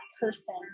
person